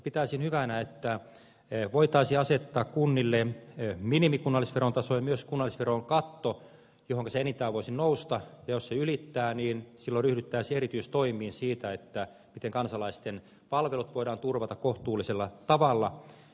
pitäisin hyvänä että kunnille voitaisiin asettaa minimikunnallisveron taso ja kunnallisveroon myös katto johonka se enintään voisi nousta ja jos se ylittää niin silloin ryhdyttäisiin erityistoimiin siinä miten kansalaisten palvelut voidaan turvata kohtuullisella tavalla